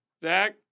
Zach